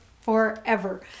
forever